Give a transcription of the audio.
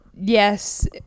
Yes